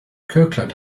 kirkland